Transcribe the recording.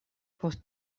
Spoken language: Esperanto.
post